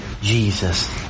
Jesus